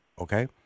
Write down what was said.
okay